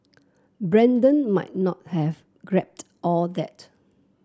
Brandon might not have grepped all that